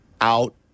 out